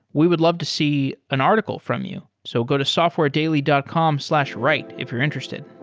we would love to see an article from you. so go to softwaredaily dot com slash write if you're interested.